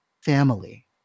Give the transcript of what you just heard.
family